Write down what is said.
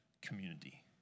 community